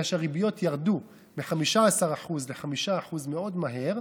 בגלל שהריביות ירדו מ-15% ל-5% מאוד מהר,